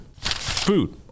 food